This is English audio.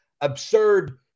absurd